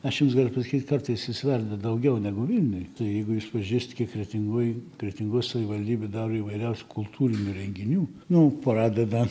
aš jums galiu pasakyt kartais jis verda daugiau negu vilniuj tai jeigu jūs pažiūrėsit kretingoj kretingos savivaldybė daro įvairiausių kultūrinių renginių nu pradeda